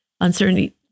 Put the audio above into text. uncertainty